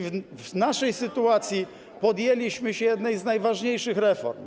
W naszej sytuacji podjęliśmy się jednej z najważniejszych reform.